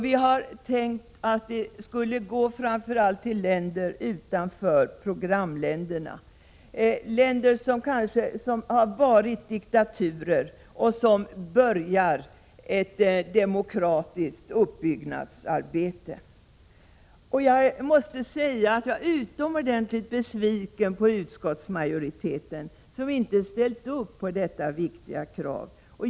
Vi har tänkt att det stödet framför allt skulle gå till länder utanför programländerna, länder som har varit diktaturer och som börjar ett demokratiskt uppbyggnadsarbete. Jag måste säga att jag är utomordentligt besviken på utskottsmajoriteten som inte ställt upp på detta viktiga krav.